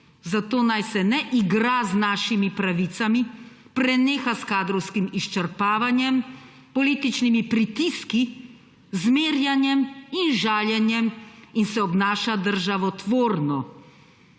Zato naj se ne igra z našimi pravicami, preneha s kadrovskim izčrpavanjem, političnimi pritiski, zmerjanjem in žaljenjem in se obnaša državotvorno.«